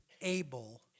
able